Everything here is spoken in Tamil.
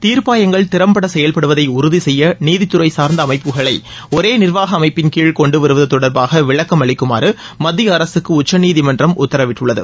தீர்ப்பாயங்கள் திறம்பட செயல்படுவதை உறுதிசெய்ய நீதித்துறை சார்ந்த அமைப்புகளை ஒரே நிர்வாக அமைப்பின் கீழ் கொண்டுவருவது தொடர்பாக விளக்கம் அளிக்குமாறு மத்திய அரசுக்கு உச்சநீதிமன்றம் உத்தரவிட்டுள்ளது